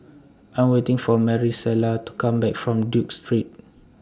I Am waiting For Marisela to Come Back from Duke Street